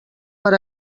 per